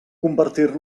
compartir